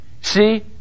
See